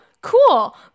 cool